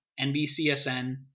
NBCSN